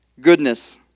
Goodness